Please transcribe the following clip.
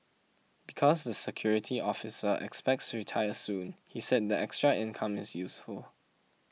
because the security officer expects to retire soon he said the extra income is useful